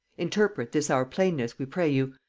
interpret this our plainness, we pray you,